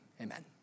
amen